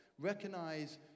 Recognize